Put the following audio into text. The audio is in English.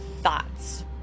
thoughts